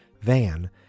van